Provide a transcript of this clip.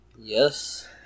Yes